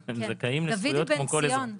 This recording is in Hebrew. דויד בן ציון,